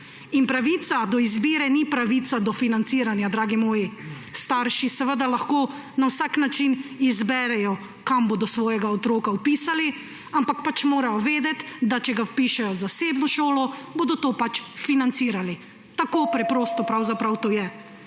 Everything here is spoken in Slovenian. Pravica do izbire ni pravica do financiranja, dragi moji. Starši seveda lahko na vsak način izberejo, kam bodo svojega otroka vpisali, ampak pač morajo vedeti, da če ga vpišejo v zasebno šolo, bodo to pač financirali. Tako preprosto pravzaprav to je.